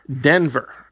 Denver